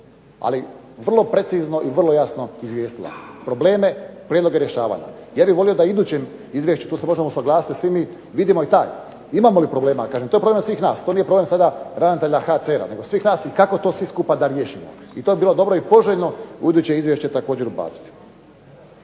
ali vrlo precizno i vrlo jasno izvijestila, probleme, prijedloge rješavala. Ja bih volio da u idućem izvješću, to se možemo usuglasiti svi mi, vidimo i taj imamo li problema? Kažem, to je problem svih nas, to nije problem sada ravnatelja HCR-a nego svih nas i kako to svi skupa da riješimo. I to bi bilo dobro i poželjno u buduće izvješće također ubaciti.